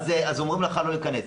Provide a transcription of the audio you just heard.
אומרים לך לא להכנס.